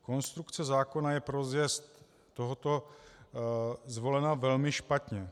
Konstrukce zákona je pro rozjezd tohoto zvolena velmi špatně.